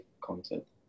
concept